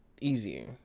Easier